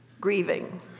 grieving